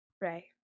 Ray